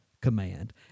command